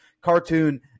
cartoon